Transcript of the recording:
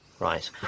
Right